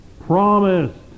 promised